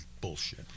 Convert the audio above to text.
bullshit